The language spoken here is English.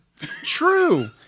True